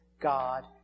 God